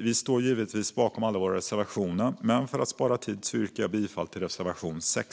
Vi står givetvis bakom alla våra reservationer, men för att spara tid yrkar jag bifall endast till reservation 6.